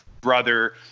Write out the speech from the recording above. brother